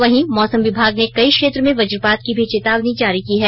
वहीं मौसम विभाग ने कई क्षेत्र में वजपात की भी चेतावनी जारी की है